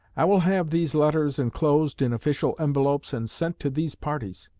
i will have these letters enclosed in official envelopes, and sent to these parties